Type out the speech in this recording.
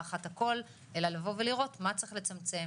אחת הכל אלא לבוא ולראות מה צריך לצמצם,